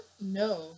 No